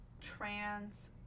trans